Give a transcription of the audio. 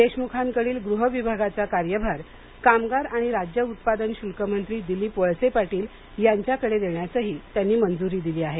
देशमुखांकडील गृह विभागाचा कार्यभार कामगार आणि राज्य उत्पादन शुल्क मंत्री दिलीप वळसे पाटील यांच्याकडे देण्यासही त्यांनी मंजूरी दिली आहे